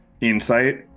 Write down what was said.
insight